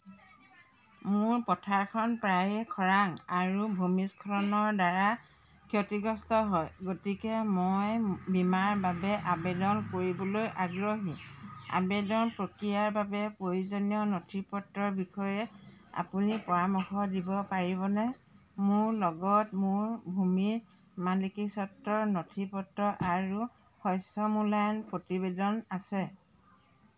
মোৰ পথাৰখন প্ৰায়ে খৰাং আৰু ভূমিস্খলনৰ দ্বাৰা ক্ষতিগ্ৰস্ত হয় গতিকে মই বীমাৰ বাবে আবেদন কৰিবলৈ আগ্ৰহী আবেদন প্ৰক্ৰিয়াৰ বাবে প্ৰয়োজনীয় নথিপত্ৰৰ বিষয়ে আপুনি পৰামৰ্শ দিব পাৰিবনে মোৰ লগত মোৰ ভূমিৰ মালিকীস্বত্বৰ নথিপত্ৰ আৰু শস্য মূল্যায়ন প্ৰতিবেদন আছে